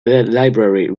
library